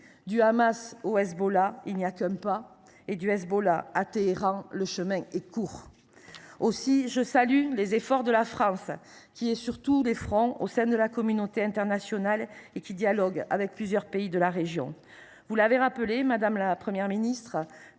Du Hamas au Hezbollah, il n’y a qu’un pas, et du Hezbollah à Téhéran, le chemin est court ! Aussi, je salue les efforts de la France, qui est sur tous les fronts au sein de la communauté internationale et qui dialogue avec plusieurs pays de la région. Vous l’avez rappelé, madame la Première ministre,